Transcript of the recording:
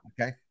Okay